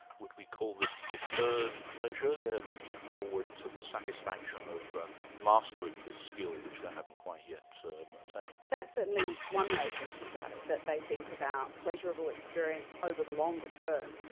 would we call this deferred pleasure? they're looking forward to the satisfaction of ah mastering this skill, which they haven't quite yet attained? that's certainly one way of thinking about it, that they think about pleasurable experience over the longer term.